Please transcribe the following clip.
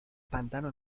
pantano